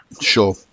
Sure